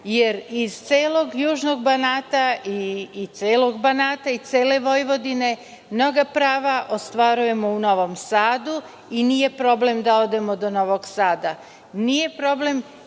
Banata, celog Banata i cele Vojvodine mnoga prava ostvarujemo u Novom Sadu i nije problem da odemo do Novog Sada. Nije problem